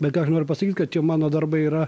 bet ką aš noriu pasakyt kad tie mano darbai yra